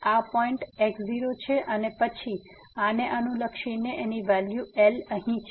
આ point x0 છે અને પછી આને અનુલક્ષીને આ વેલ્યુ L અહીં છે